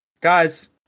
guys